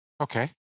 Okay